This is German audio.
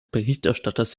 berichterstatters